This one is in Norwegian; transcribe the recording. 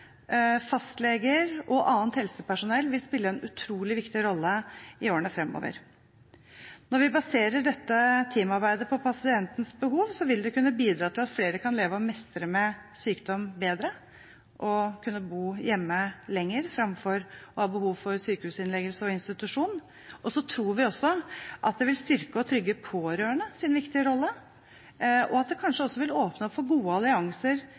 fastleger og annet helsepersonell vil spille en utrolig viktig rolle i årene framover. Når vi baserer dette teamarbeidet på pasientens behov, vil det kunne bidra til at flere kan mestre å leve med sykdom bedre og vil kunne bo hjemme lenger framfor å ha behov for sykehusinnleggelse og institusjon. Så tror vi også at det vil styrke og trygge pårørendes viktige rolle, og at det kanskje også vil åpne opp for gode allianser